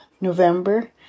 November